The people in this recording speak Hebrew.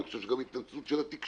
אני חושב שגם ההתנצלות של התקשורת,